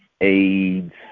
AIDS